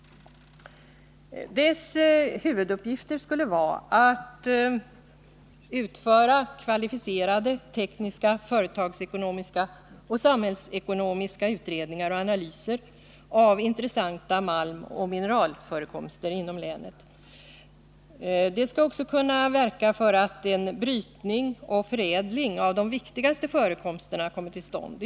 Dess huvuduppgifter skulle vara att utföra kvalificerade tekniska, företagsekonomiska och samhällsekonomiska utredningar och analyser av intressanta malmoch mineralförekomster inom länet. Det skulle också kunna verka för att en brytning och förädling av de viktigaste förekomsterna kommer till stånd.